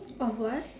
of what